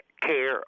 care